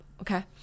okay